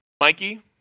Mikey